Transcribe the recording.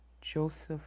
Joseph